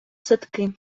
садки